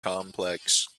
complex